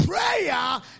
Prayer